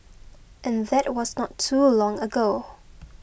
and that was not too long ago